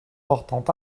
portant